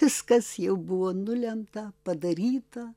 viskas jau buvo nulemta padaryta